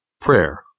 Prayer